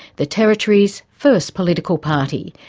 the territory's first political party,